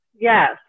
Yes